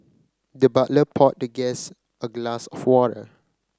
the butler poured the guest a glass of water